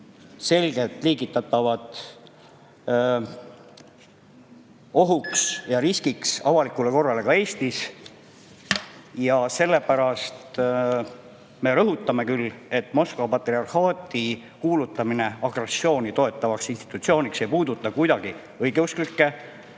selgelt liigitatavad riskiks ja ohuks avalikule korrale ka Eestis. Sellepärast me rõhutame, et Moskva patriarhaadi kuulutamine agressiooni toetavaks institutsiooniks ei puuduta küll kuidagi õigeusklikke,